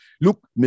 look